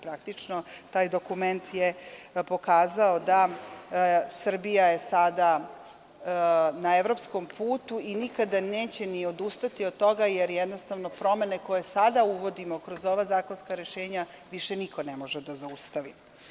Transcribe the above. Praktično je taj dokument pokazao da je Srbija sada na evropskom putu i nikada neće ni odustati od toga jer jednostavno promene koje sada uvodimo kroz ova zakonska rešenja više niko ne može da zaustavi.